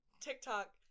TikTok